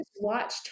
watched